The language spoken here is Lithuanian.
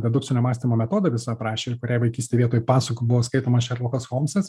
dedukcinio mąstymo metodą visą aprašė ir kuriai vaikystėj vietoj pasakų buvo skaitomas šerlokas holmsas